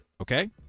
Okay